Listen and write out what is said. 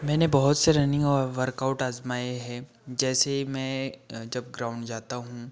मैंने बहुत से रनिंग और वर्कआउट आज़माए हैं जैसे मैं जब ग्राउंड जाता हूँ